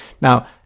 now